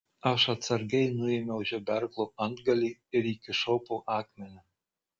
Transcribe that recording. aš atsargiai nuėmiau žeberklo antgalį ir įkišau po akmeniu